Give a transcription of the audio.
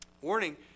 warning